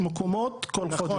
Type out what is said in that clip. שיש מקומות שבהם אתם מצלמים כל חודש.